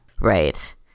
Right